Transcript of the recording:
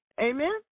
Amen